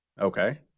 Okay